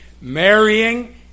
marrying